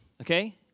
okay